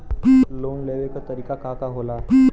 Loan लेवे क तरीकाका होला?